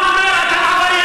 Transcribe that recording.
גנבים.